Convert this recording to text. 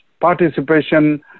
participation